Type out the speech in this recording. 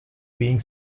being